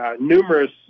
numerous